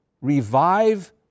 revive